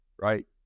right